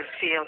feel